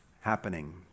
happening